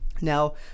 Now